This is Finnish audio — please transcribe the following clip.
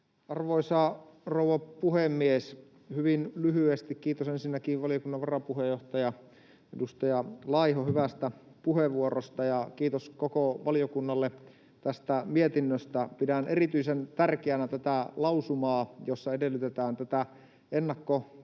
Arvoisa rouva puhemies! Hyvin lyhyesti: Kiitos ensinnäkin, valiokunnan varapuheenjohtaja, edustaja Laiho, hyvästä puheenvuorosta, ja kiitos koko valiokunnalle tästä mietinnöstä. Pidän erityisen tärkeänä tätä lausumaa, jossa edellytetään tätä ennakkotestaamista